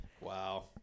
Wow